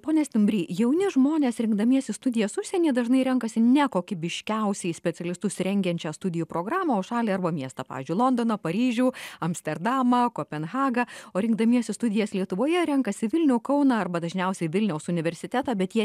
pone stumbry jauni žmonės rinkdamiesi studijas užsienyje dažnai renkasi ne kokybiškiausiai specialistus rengiančią studijų programą o šalį arba miestą pavyzdžiui londoną paryžių amsterdamą kopenhagą o rinkdamiesi studijas lietuvoje renkasi vilnių kauną arba dažniausiai vilniaus universitetą bet jie